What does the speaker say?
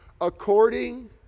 according